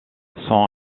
son